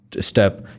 step